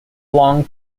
long